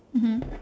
mmhmm